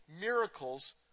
miracles